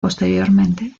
posteriormente